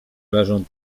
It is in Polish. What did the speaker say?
leżą